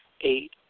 Eight